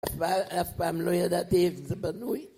אבל אף פעם לא ידעתי איך זה בנוי